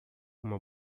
uma